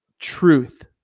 Truth